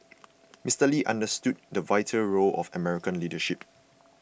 Mister Lee understood the vital role of American leadership